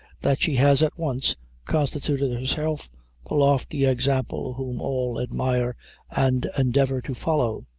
that she has at once constituted herself the lofty example whom all admire and endeavor to follow.